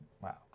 Wow